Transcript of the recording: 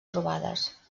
trobades